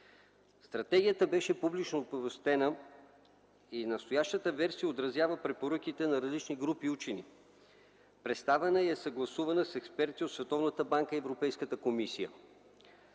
Стратегията беше публично оповестена и настоящата версия отразява препоръките на различни групи учени. Представена и съгласувана е с експерти от